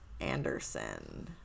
Anderson